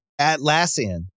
Atlassian